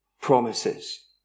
promises